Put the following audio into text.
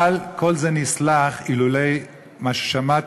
אבל כל זה היה נסלח אילולא מה ששמעתי,